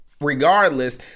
regardless